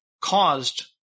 caused